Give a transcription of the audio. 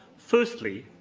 firstly,